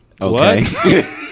Okay